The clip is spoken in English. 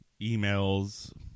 emails